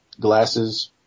glasses